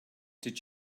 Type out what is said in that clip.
did